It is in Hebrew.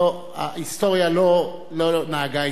שההיסטוריה לא נהגה אתם כראוי.